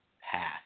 path